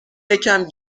یکم